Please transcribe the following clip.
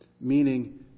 meaning